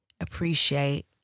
appreciate